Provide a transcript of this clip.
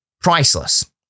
priceless